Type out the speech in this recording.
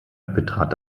betrat